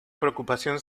preocupación